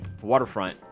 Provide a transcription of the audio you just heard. Waterfront